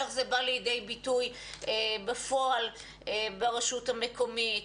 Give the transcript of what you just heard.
איך זה בא לידי ביטוי בפועל ברשות המקומית.